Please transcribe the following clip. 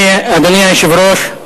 אדוני היושב-ראש,